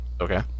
Okay